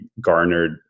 garnered